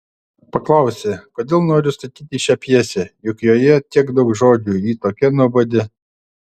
paklausė kodėl noriu statyti šią pjesę juk joje tiek daug žodžių ji tokia nuobodi